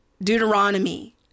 Deuteronomy